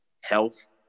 health